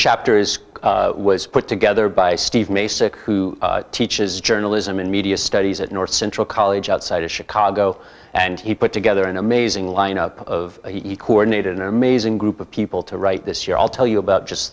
chapters was put together by steve mason who teaches journalism and media studies at north central college outside of chicago and he put together an amazing lineup of equal ordinated an amazing group of people to write this year i'll tell you about just